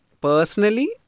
Personally